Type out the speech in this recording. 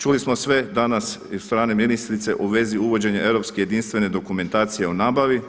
Čuli smo sve danas i od strane ministrice u vezi uvođenja europske jedinstvene dokumentacije o nabavi.